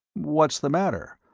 what's the matter?